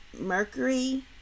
Mercury